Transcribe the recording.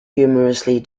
humorously